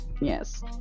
yes